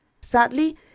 Sadly